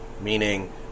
meaning